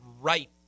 right